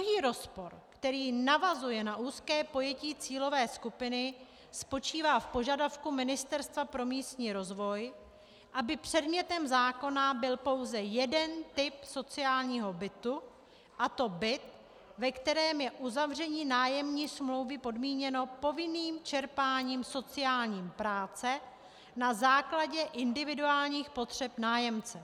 Druhý rozpor, který navazuje na úzké pojetí cílové skupiny, spočívá v požadavku Ministerstva pro místní rozvoj, aby předmětem zákona byl pouze jeden typ sociálního bytu, a to byt, ve kterém je uzavření nájemní smlouvy podmíněno povinným čerpáním sociální práce na základě individuálních potřeb nájemce.